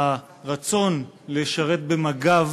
הרצון לשרת במג"ב